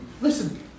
Listen